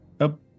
up